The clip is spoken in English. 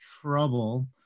trouble